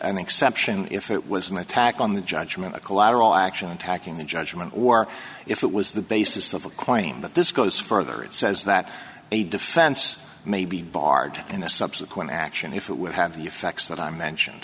an exception if it was an attack on the judgment of collateral action attacking the judgment or if it was the basis of a claim but this goes further it says that a defense may be barred in a subsequent action if it would have the facts that i mention